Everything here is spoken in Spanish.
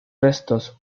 restos